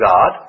God